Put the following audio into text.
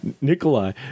Nikolai